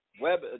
web